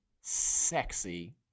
sexy